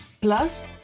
Plus